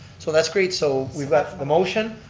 so that's great, so we've got the motion,